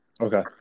Okay